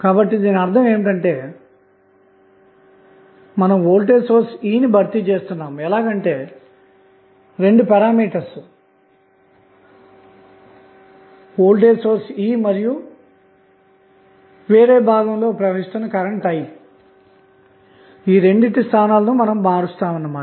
కాబట్టి దీని అర్థం ఏమిటంటే మనం వోల్టేజ్ సోర్స్ E ను భర్తీ చేస్తున్నాము ఎలాగంటే రెండు పారామితులు వోల్టేజ్ సోర్స్ E మరియు వేరే భాగంలో ప్రవహిస్తున్న కరెంటు ఈ రెండిటి స్థానాలను మారుస్తామన్నమాట